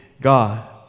God